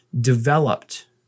developed